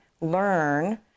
learn